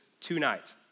tonight